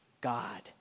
God